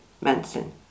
Manson